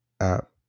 app